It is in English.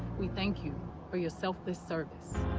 we thank you for your selfless service.